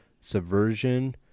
Subversion